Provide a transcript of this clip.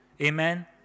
Amen